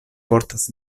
portas